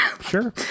Sure